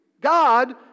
God